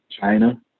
China